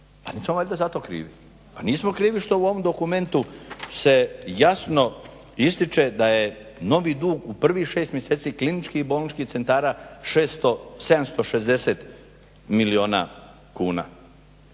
Pa nismo valjda za to krivi? Pa nismo krivi što u ovom dokumentu se jasno ističe da je novi dug u prvih 6 mjeseci KBC-a 760 milijuna kuna.